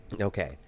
Okay